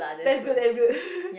that's good that's good